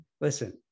listen